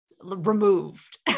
removed